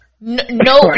No